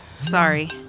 Sorry